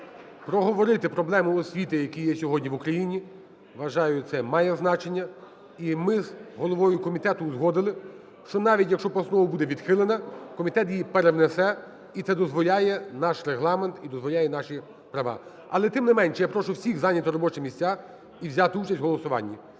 проговорити проблему освіту, яка є сьогодні в України, вважаю, це має значення. І ми з головою комітету узгодили, що навіть, якщо постанова буде відхилена комітет її перенесе і це дозволяє наш регламент і дозволяє наші права. Але, тим не менше, я прошу всіх зайняти робочі місця і взяти участь у в голосуванні.